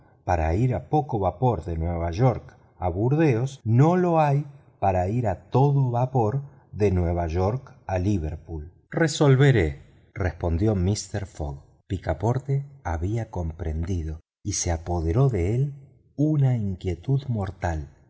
para ir a poco vapor de nueva york a burdeos no lo hay para ir a todo vapor de nueva york a liverpool resolveré respondió mister fogg picaporte había comprendido y se apoderó de él una inquietud mortal